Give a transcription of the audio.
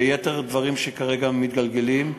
ויתר הדברים שכרגע מתגלגלים,